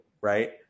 right